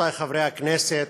רבותי חברי הכנסת,